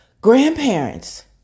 grandparents